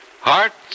Hearts